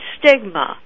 stigma